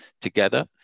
together